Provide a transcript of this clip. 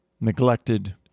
neglected